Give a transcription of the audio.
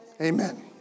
amen